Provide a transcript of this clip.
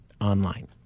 online